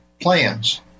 plans